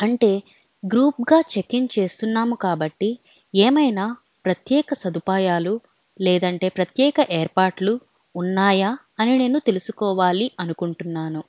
అంటే గ్రూప్గా check in చేస్తున్నాము కాబట్టి ఏమైనా ప్రత్యేక సదుపాయాలు లేదంటే ప్రత్యేక ఏర్పాట్లు ఉన్నాయా అని నేను తెలుసుకోవాలి అనుకుంటున్నాను